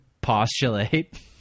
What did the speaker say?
postulate